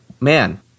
man